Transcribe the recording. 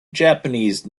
japanese